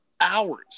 hours